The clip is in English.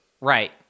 Right